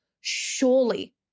surely